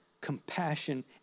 compassion